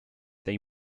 they